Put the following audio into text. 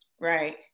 right